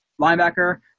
linebacker